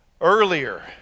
earlier